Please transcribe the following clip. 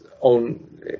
own